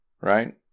right